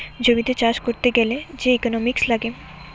জমিতে চাষ করতে গ্যালে যে ইকোনোমিক্স লাগে